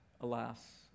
alas